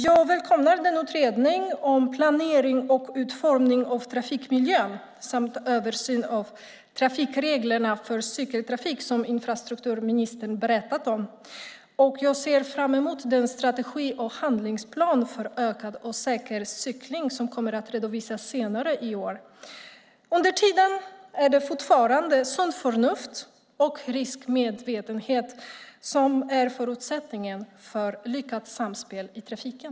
Jag välkomnar den utredning om planering och utformning av trafikmiljön samt översynen av trafikreglerna för cykeltrafik som infrastrukturministern berättade om och ser fram emot den strategi och handlingsplan för ökad och säker cykling som kommer att redovisas senare i år. Under tiden är det fortfarande sunt förnuft och riskmedvetenhet som är förutsättningen för ett lyckat samspel i trafiken.